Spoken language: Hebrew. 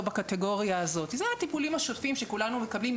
בקטגוריה הזאת אלה הטיפולים השוטפים שכולנו מקבלים,